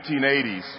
1980s